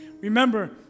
Remember